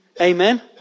Amen